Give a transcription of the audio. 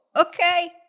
okay